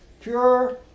pure